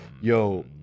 Yo